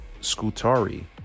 Scutari